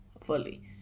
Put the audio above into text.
fully